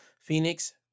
Phoenix